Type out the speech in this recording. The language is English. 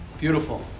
Beautiful